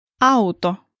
auto